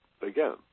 again